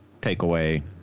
takeaway